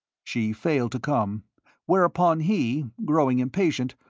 she failed to come whereupon he, growing impatient,